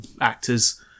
actors